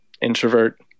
introvert